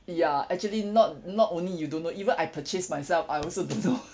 ya actually not not only you don't know even I purchase myself I also don't know